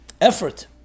effort